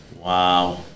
Wow